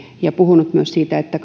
ja olen puhunut myös siitä että